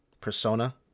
persona